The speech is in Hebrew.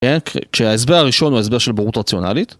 כשהסבר הראשון הוא ההסבר של בורות רציונלית.